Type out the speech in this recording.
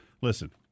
listen